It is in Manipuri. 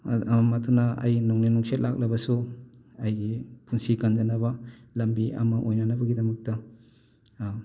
ꯃꯗꯨꯅ ꯑꯩ ꯅꯣꯡꯂꯩ ꯅꯨꯡꯁꯤꯠ ꯂꯥꯛꯂꯕꯁꯨ ꯑꯩꯒꯤ ꯄꯨꯟꯁꯤ ꯀꯟꯖꯅꯕ ꯂꯝꯕꯤ ꯑꯃ ꯑꯣꯏꯅꯅꯕꯒꯤꯗꯃꯛꯇ